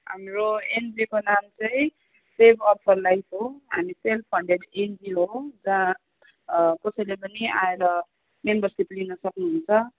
हाम्रो एनजिओको नाम चाहिँ सेभ अब् आवर लाइफ हो हामी सेल्फ फन्डेड एनजिओ हो र कसैले पनि आएर मेम्बरसिप लिन सक्नु हुन्छ